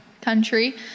country